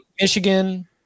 Michigan